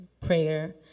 prayer